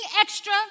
extra